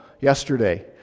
yesterday